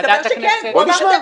מסתבר שכן --- עצרי.